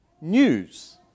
news